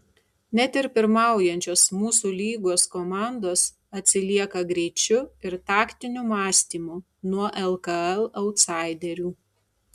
net ir pirmaujančios mūsų lygos komandos atsilieka greičiu ir taktiniu mąstymu nuo lkl autsaiderių